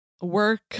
work